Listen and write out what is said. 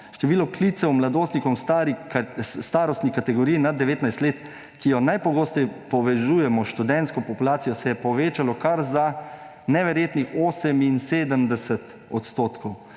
Število klicev mladostnikov v starostni kategoriji nad 19 let, ki jo najpogosteje povezujemo s študentsko populacijo, se je povečalo kar za neverjetnih 78 %.